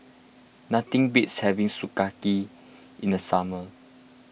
nothing beats having Sukiyaki in the summer